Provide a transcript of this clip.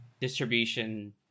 distribution